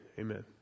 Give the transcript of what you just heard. Amen